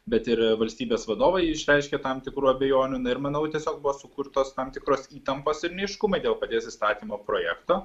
bet ir valstybės vadovai išreiškė tam tikrų abejonių na ir manau tiesiog buvo sukurtos tam tikros įtampos ir neaiškumai dėl paties įstatymo projekto